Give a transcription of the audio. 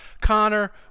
Connor